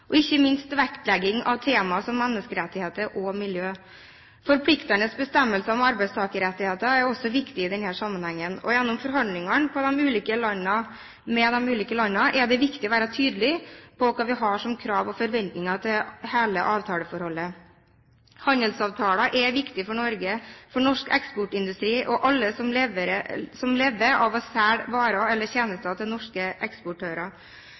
og ikke minst på vektlegging av tema som menneskerettigheter og miljø. Forpliktende bestemmelser om arbeidstakerrettigheter er også viktig i denne sammenhengen. Gjennom forhandlingene med de ulike landene er det viktig å være tydelig på hva vi har som krav og forventninger til hele avtaleforholdet. Handelsavtaler er viktig for Norge, for norsk eksportindustri og alle som lever av å selge varer eller tjenester til norske eksportører,